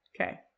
Okay